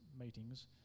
meetings